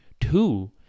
Two